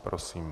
Prosím.